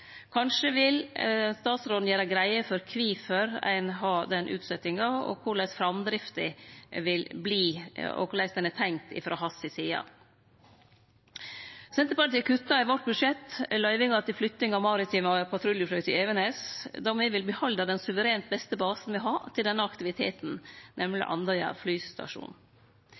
Kanskje vil statsråden gjere greie for kvifor ein har den utsetjinga, korleis framdrifta vil verte, og korleis ho er tenkt frå hans side. Senterpartiet kuttar i sitt budsjett løyvingane til flytting av maritime patruljefly til Evenes då me vil behalde den suverent beste basen me har til denne aktiviteten, nemleg Andøya flystasjon.